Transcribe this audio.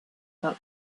that